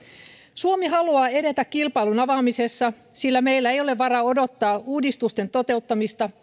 suomi haluaa edetä kilpailun avaamisessa sillä meillä ei ole varaa odottaa uudistusten toteuttamista